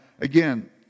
again